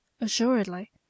assuredly